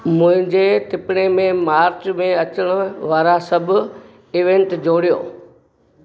मुंहिंजे टिपणे में मार्च में अचनि वारा सभु इवेंट जोड़ियो